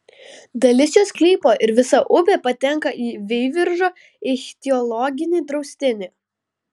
dalis jo sklypo ir visa upė patenka į veiviržo ichtiologinį draustinį